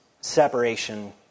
separation